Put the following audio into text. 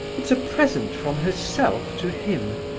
it's a present from herself to him,